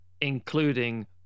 including